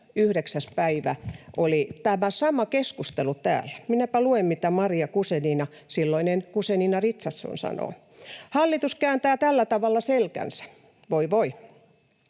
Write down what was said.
9. päivä, oli tämä sama keskustelu täällä. Minäpä luen, mitä Maria Guzenina, silloinen Guzenina-Richardson, sanoi: ”Hallitus kääntää tällä tavalla selkänsä” — voi